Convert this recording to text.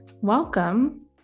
Welcome